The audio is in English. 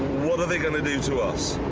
what are they going to do to us?